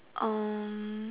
uh